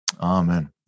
Amen